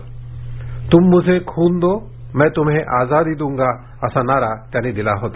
तुम मुझे खून दो मै तुम्हे आझादी दूंगा असा नारा त्यांनी दिला होता